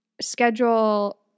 schedule –